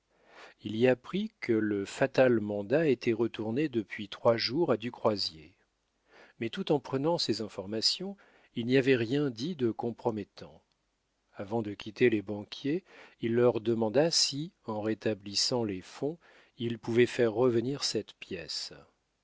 il y apprit que le fatal mandat était retourné depuis trois jours à du croisier mais tout en prenant ses informations il n'y avait rien dit de compromettant avant de quitter les banquiers il leur demanda si en rétablissant les fonds ils pouvaient faire revenir cette pièce